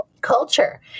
culture